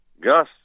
Gus